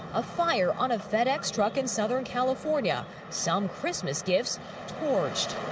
a fire on a fedex truck in southern california. some christmas gifts torched.